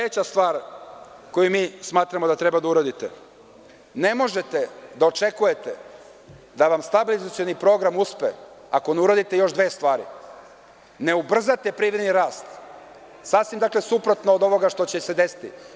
Sledeća stvar koju mi smatramo da treba da uradite, ne možete da očekujete da vam stabilizacioni program uspe ako ne uradite još dve stvari - ne ubrzate privredni rast, sasvim suprotno od ovoga što će se desiti.